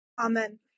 Amen